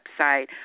website